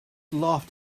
laughed